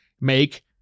make